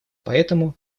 поэтому